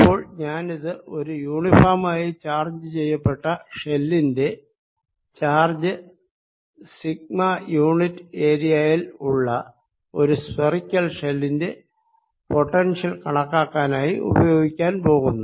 ഇപ്പോൾ ഞാനിത് ഒരു യൂണിഫോം ആയി ചാർജ് ചെയ്യപ്പെട്ട ഷെല്ലിന്റെ ചാർജ് സിഗ്മ യൂണിറ്റ് ഏരിയ യിൽ ഉള്ള ഒരു സ്ഫറിക്കൽ ഷെല്ലിന്റെ പൊട്ടൻഷ്യൽ കണക്കാക്കാനായി ഉപയോഗിക്കാൻ പോകുന്നു